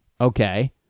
Okay